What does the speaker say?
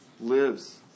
lives